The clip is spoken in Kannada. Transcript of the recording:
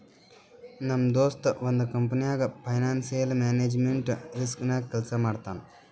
ನಮ್ ದೋಸ್ತ ಒಂದ್ ಕಂಪನಿನಾಗ್ ಫೈನಾನ್ಸಿಯಲ್ ಮ್ಯಾನೇಜ್ಮೆಂಟ್ ರಿಸ್ಕ್ ನಾಗೆ ಕೆಲ್ಸಾ ಮಾಡ್ತಾನ್